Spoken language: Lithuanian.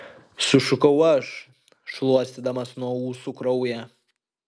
sušukau aš šluostydamas nuo ūsų kraują